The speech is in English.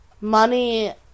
money